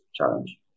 challenge